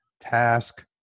Task